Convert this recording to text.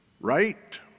Right